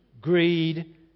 greed